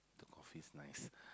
the coffee is nice